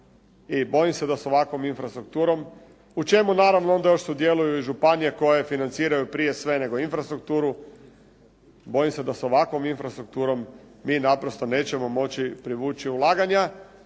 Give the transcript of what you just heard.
i bojim se da s ovakvom infrastrukturom u čemu naravno onda još sudjeluju i županije koje financiraju prije sve nego infrastrukturu bojim se da s ovakvom infrastrukturom mi naprosto nećemo moći privući ulaganja